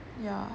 yeah